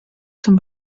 zum